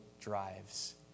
drives